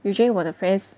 usually 我的 friends